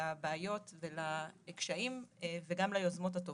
לבעיות ולקשיים וגם ליוזמות הטובות.